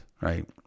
right